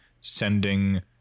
sending